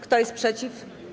Kto jest przeciw?